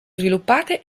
sviluppate